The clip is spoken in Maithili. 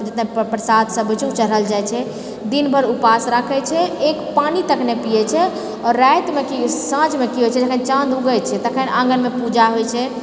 जेतना प्रसाद सब होइत छै ओ चढ़ाएल जाइत छै दिन भर उपास राखैत छै एक पानि तक नहि पियैत छै आओर रातिमे की साँझमे की होइत छै जखन चाँद उगैत छै तखन आङ्गनमे पूजा होइत छै